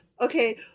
Okay